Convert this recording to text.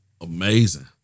amazing